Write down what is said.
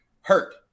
hurt